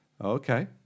okay